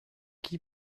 qui